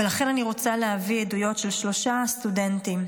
ולכן אני רוצה להביא עדויות של שלושה סטודנטים.